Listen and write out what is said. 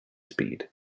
speed